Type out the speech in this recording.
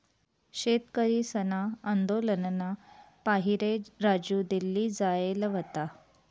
शेतकरीसना आंदोलनना पाहिरे राजू दिल्ली जायेल व्हता